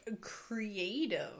creative